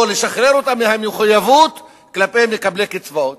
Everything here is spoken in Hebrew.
או לשחרר אותה מהמחויבות כלפי מקבלי קצבאות,